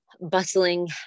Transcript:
bustling